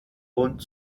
und